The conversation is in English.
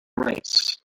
rights